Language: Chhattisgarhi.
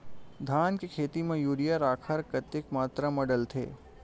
धान के खेती म यूरिया राखर कतेक मात्रा म डलथे?